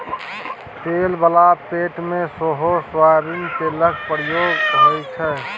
तेल बला पेंट मे सेहो सोयाबीन तेलक प्रयोग होइ छै